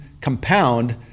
compound